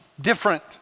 different